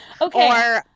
Okay